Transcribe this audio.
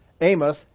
Amos